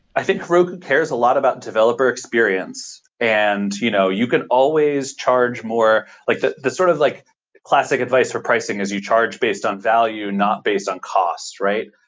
i think heroku cares a lot about developer experience, and you know you could always charge more like the the sort of like classic advice for pricing is you charge based on value, not based on costs, right?